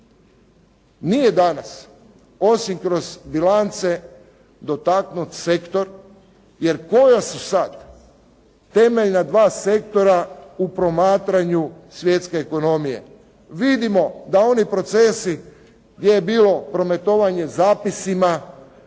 Nije danas osim kroz bilance dotaknut sektor, jer koja su sad temeljna dva sektora u promatranju svjetske ekonomije. Vidimo da oni procesi gdje je bilo prometovanje zapisima,